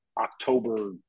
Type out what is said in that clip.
October